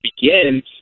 begins